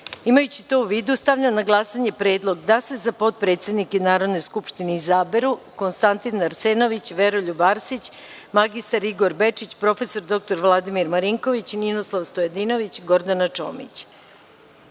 to u vidu, stavljam na glasanje predlog da se za potpredsednika Narodne skupštine izaberu:1. Konstantin Arsenović2. Veroljub Arsić3. mr Igor Bečić4. prof. dr Vladimir Marinković5. Ninoslav Stojadinović6. Gordana Čomić. Glasa